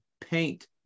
paint